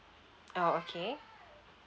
oh okay